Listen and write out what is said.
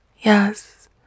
yes